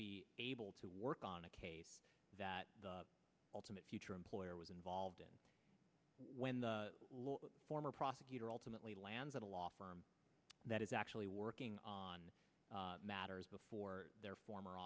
be able to work on a case that the ultimate future employer was involved in when the former prosecutor ultimately lands in a law firm that is actually working on matters before their former